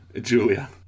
Julia